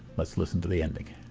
let's listen to the ending.